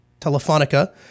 Telefonica